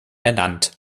ernannt